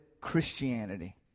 Christianity